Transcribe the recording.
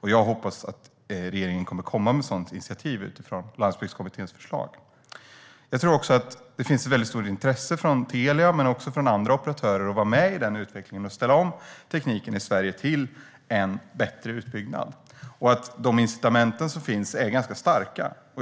Jag hoppas att regeringen kommer att komma med ett sådant initiativ utifrån Landsbygdskommitténs förslag. Jag tror att det finns ett väldigt stort intresse från Telia men också från andra operatörer att vara med i utvecklingen och ställa om tekniken i Sverige, så att det blir en bättre utbyggnad. De incitament som finns är ganska starka.